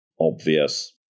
obvious